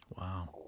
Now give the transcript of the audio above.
Wow